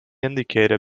indicator